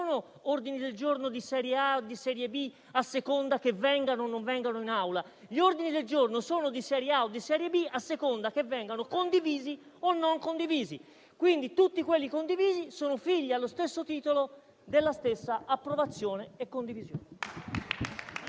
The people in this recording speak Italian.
ordini del giorno di serie A o di serie B, a seconda che vengano o non vengano esaminati in Aula. Gli ordini del giorno sono di serie A o di serie B a seconda che vengano o meno condivisi. Quindi, tutti quelli condivisi sono figli allo stesso titolo della stessa approvazione e condivisione.